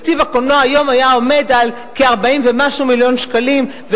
תקציב הקולנוע היום היה עומד על כ-40 ומשהו מיליון שקלים,